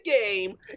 game